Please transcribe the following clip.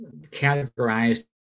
categorized